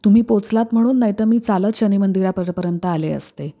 तुम्ही पोचलात म्हणून नाही तर मी चालत शनिमंदिरापरपर्यंत आले असते